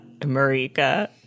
Marika